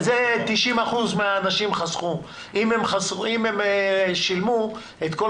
זה 90% מהאנשים חסכו אם הם שילמו את כל